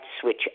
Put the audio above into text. switch